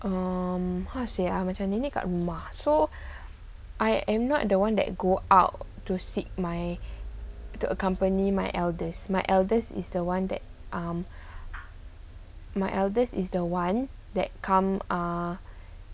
um how to say ah macam nenek kat rumah so I am not the one that go out to seek my to accompany my elders my elders is the one that um my elders is the one that come ah